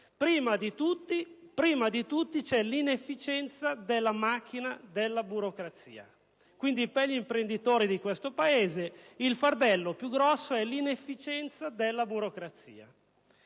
secondo posto), ma l'inefficienza della macchina della burocrazia. Per gli imprenditori di questo Paese il fardello più grosso è l'inefficienza della burocrazia.